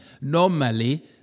Normally